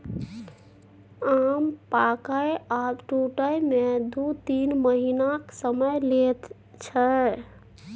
आम पाकय आ टुटय मे दु तीन महीनाक समय लैत छै